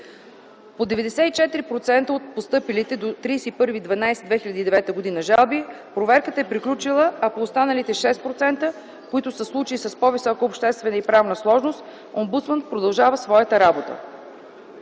По 94% от постъпилите до 31 декември 2009 г. жалби проверката е приключила, а по останалите 6%, които са случаи с по-висока обществена и правна сложност, омбудсманът продължава своята работа.